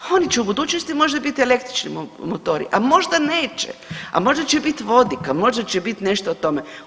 Oni će u budućnosti možda biti električni motori, a možda neće, a možda će bit vodik, a možda će bit nešto o tome.